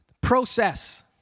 Process